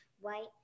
white